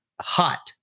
hot